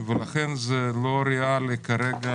לכן זה לא ריאלי כרגע